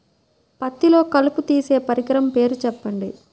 పత్తిలో కలుపు తీసే పరికరము పేరు చెప్పండి